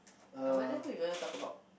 I wonder who you gonna talk about